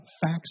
facts